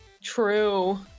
True